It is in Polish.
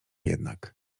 jednak